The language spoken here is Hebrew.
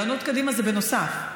אילנות קדימה זה בנוסף.